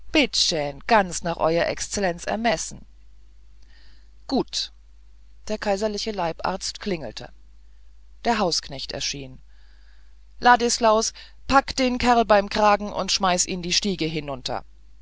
ganz nach euer exlenz ermessen gut der kaiserliche leibarzt klingelte der hausknecht erschien ladislaus pack den kerl beim kragen und schmeiß ihn die stiegen hinunter